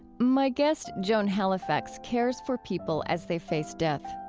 my guest, joan halifax, cares for people as they face death.